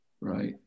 Right